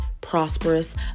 prosperous